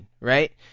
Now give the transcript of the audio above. right